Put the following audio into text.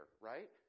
right